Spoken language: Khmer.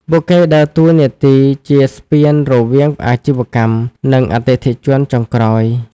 ពួកគេដើរតួនាទីជាស្ពានរវាងអាជីវកម្ម និងអតិថិជនចុងក្រោយ។